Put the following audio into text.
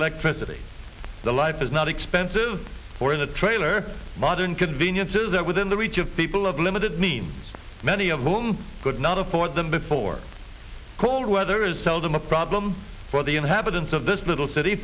electricity the life is not expensive or in a trailer modern conveniences are within the reach of people of limited means many of whom could not afford them before cold weather is seldom a problem for the inhabitants of this little city